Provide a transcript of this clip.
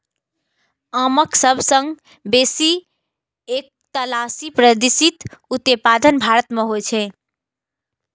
आमक सबसं बेसी एकतालीस प्रतिशत उत्पादन भारत मे होइ छै